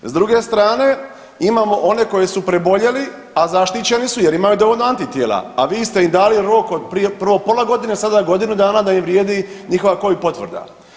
S druge strane imamo one koji su preboljeli, a zaštićeni su jer imaju dovoljno antitijela, a vi ste im dali rok od prije prvo pola godine, sada godinu dana da im vrijedi njihova covid potvrda.